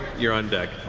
you're on deck.